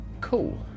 Cool